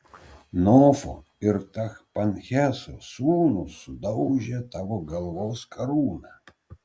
nofo ir tachpanheso sūnūs sudaužė tavo galvos karūną